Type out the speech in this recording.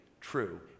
true